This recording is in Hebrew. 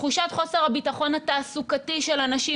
תחושת חוסר הביטחון התעסוקתי של אנשים,